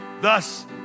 Thus